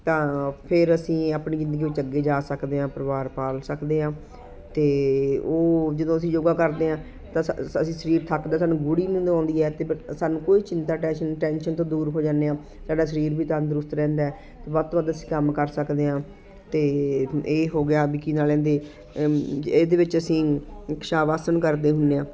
ਤਾਂ ਫਿਰ ਅਸੀਂ ਆਪਣੀ ਜ਼ਿੰਦਗੀ ਵਿੱਚ ਅੱਗੇ ਜਾ ਸਕਦੇ ਹਾਂ ਪਰਿਵਾਰ ਪਾਲ ਸਕਦੇ ਹਾਂ ਅਤੇ ਉਹ ਜਦੋਂ ਅਸੀਂ ਯੋਗਾ ਕਰਦੇ ਹਾਂ ਤਾਂ ਅਸੀਂ ਸਰੀਰ ਥੱਕਦਾ ਸਾਨੂੰ ਗੂੜੀ ਨੀਂਦ ਆਉਂਦੀ ਹੈ ਅਤੇ ਬ ਸਾਨੂੰ ਕੋਈ ਚਿੰਤਾ ਟੈਨਸ਼ਨ ਟੈਨਸ਼ਨ ਤੋਂ ਦੂਰ ਹੋ ਜਾਂਦੇ ਹਾਂ ਸਾਡਾ ਸਰੀਰ ਵੀ ਤੰਦਰੁਸਤ ਰਹਿੰਦਾ ਹੈ ਅਤੇ ਵੱਧ ਤੋਂ ਵੱਧ ਅਸੀਂ ਕੰਮ ਕਰ ਸਕਦੇ ਹਾਂ ਅਤੇ ਇਹ ਹੋ ਗਿਆ ਵੀ ਕੀ ਨਾਂ ਲੈਂਦੇ ਇਹਦੇ ਵਿੱਚ ਅਸੀਂ ਇੱਕ ਸ਼ਵ ਆਸਣ ਕਰਦੇ ਹੁੰਦੇ ਹਾਂ